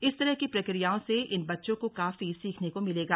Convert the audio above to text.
इस तरह की प्रक्रियाओं से इन बच्चों को काफी सीखने को मिलेगा